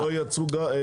שלא ייצרו דבש?